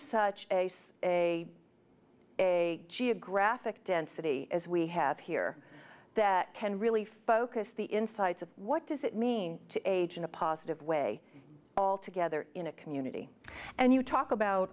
such a a geographic density as we have here that can really focus the insights of what does it mean to age in a positive way all together in a community and you talk about